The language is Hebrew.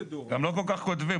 גם לא כל כך כותבים.